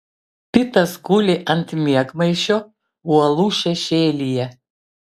pitas guli ant miegmaišio uolų šešėlyje